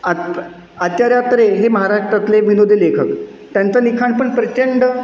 आता आचार्य अत्रे हे महाराष्ट्रातले विनोदी लेखक त्यांचं लिखाण पण प्रचंड